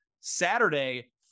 Saturday